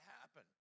happen